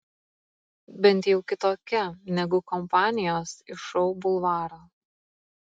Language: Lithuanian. bent jau kitokia negu kompanijos iš šou bulvaro